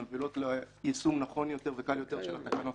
מובילות ליישום נכון יותר וקל יותר של התקנות.